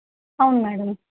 అవును మేడం